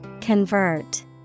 Convert